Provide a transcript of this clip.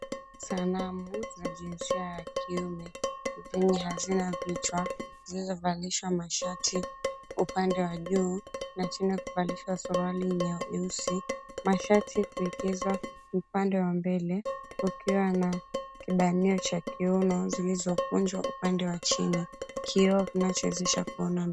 Sanamu za jinsia ya kiume zenye hazina vichwa zilizovalishwa mashati upande wa juu na chini kuvalishwa suruali nyeusi. Mashati kuwekezwa upande wa mbele pakiwa na kibanio cha kioo na zilizokunjwa upande wa chini. Kioo kinachowezeza kuona ...